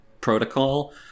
protocol